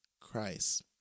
christ